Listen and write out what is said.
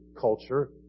culture